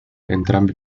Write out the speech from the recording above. entrambi